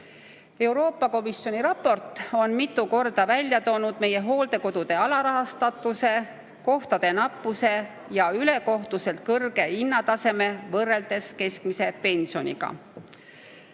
Euroopa Komisjoni raport on mitu korda välja toonud meie hooldekodude alarahastatuse, kohtade nappuse ja ülekohtuselt kõrge hinnataseme võrreldes keskmise pensioniga.